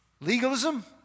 Legalism